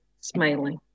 smiling